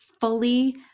fully